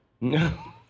No